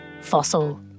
fossil